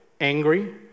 angry